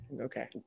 okay